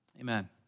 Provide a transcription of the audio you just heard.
Amen